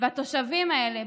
והתושבים האלה,